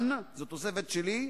אני ישבתי מולם,